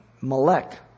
Malek